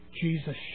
Jesus